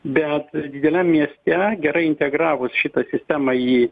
bet dideliam mieste gerai integravus šitą sistemą į